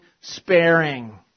sparing